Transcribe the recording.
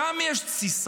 שם יש תסיסה,